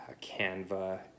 Canva